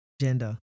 Gender